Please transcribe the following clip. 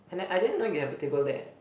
and then I didn't know you have a table there